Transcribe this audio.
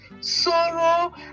Sorrow